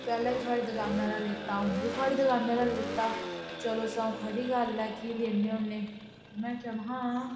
पैह्लै बी थोआढ़ी दकानां रा लेता हून बी थुआढ़ी बी थोआढ़ी दकाना रा लेता चलो सवां खरी गल्ल ऐ कि लैन्ने होन्ने में आखेआ महा हां